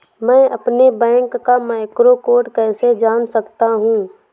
मैं अपने बैंक का मैक्रो कोड कैसे जान सकता हूँ?